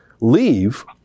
leave